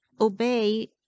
obey